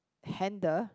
handle